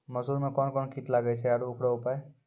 मसूर मे कोन कोन कीट लागेय छैय आरु उकरो उपाय?